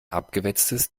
abgewetztes